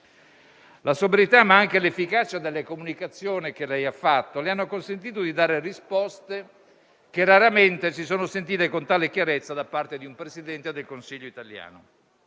La sobrietà, ma anche l'efficacia delle sue comunicazioni le hanno consentito di dare risposte che raramente si sono sentite con tale chiarezza da parte di un Presidente del Consiglio italiano.